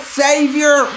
savior